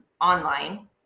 online